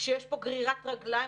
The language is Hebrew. שיש פה גרירת רגליים,